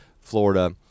Florida